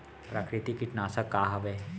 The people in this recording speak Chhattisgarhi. प्राकृतिक कीटनाशक का हवे?